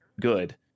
good